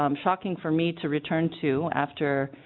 um shocking for me to return to after